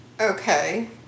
Okay